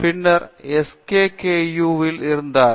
பின்னர் அவர் தென் கொரியாவில் ஸ் கே கே ஆர் வில் இருந்தார்